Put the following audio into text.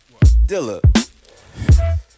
Dilla